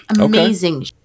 amazing